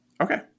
Okay